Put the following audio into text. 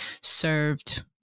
served